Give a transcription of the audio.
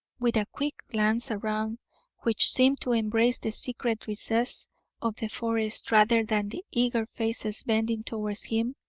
with a quick glance around which seemed to embrace the secret recesses of the forest rather than the eager faces bending towards him,